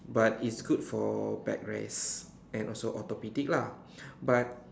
but it's good for back rest and also orthopedic lah but